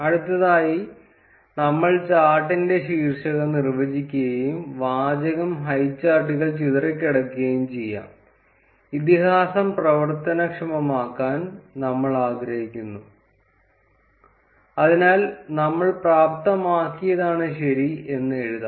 അടുത്തതായി നമ്മൾ ചാർട്ടിന്റെ ശീർഷകം നിർവ്വചിക്കുകയും വാചകം ഹൈചാർട്ടുകൾ ചിതറിക്കിടക്കുകയും ചെയ്യാം ഇതിഹാസം പ്രവർത്തനക്ഷമമാക്കാൻ നമ്മൾ ആഗ്രഹിക്കുന്നു അതിനാൽ നമ്മൾ പ്രാപ്തമാക്കിയതാണ് ശരി എന്ന് എഴുതാം